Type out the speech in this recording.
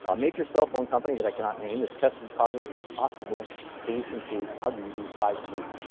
ah major cell phone company that i cannot name is testing posits as a possible solution to how do you do five g.